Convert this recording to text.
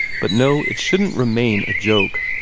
but, no, it shouldn't remain a joke!